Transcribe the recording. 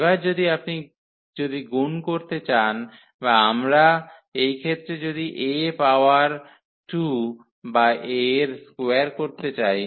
এবার যদি আপনি যদি গুণ করতে চান বা আমরা এই ক্ষেত্রে যদি A পাওয়ার 2 বা A এর স্কোয়ার করতে চাই